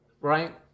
Right